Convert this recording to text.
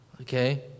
okay